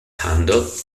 handle